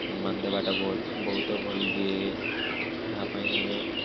ସମ୍ମାନ ଦେବାଟା ଭଲ୍ ବହୁତ ଭଲ୍ ଦିଏ ୟା ପାଇଁ ଆମେ